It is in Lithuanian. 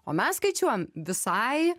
o mes skaičiuojam visai